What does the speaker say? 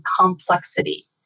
complexity